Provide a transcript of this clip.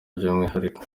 by’umwihariko